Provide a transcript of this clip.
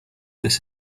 this